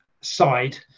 side